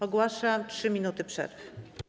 Ogłaszam 3 minuty przerwy.